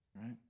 right